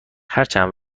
هرچند